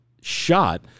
shot